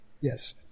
yes